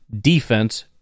defense